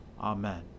Amen